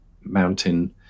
mountain